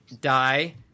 die